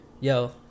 yo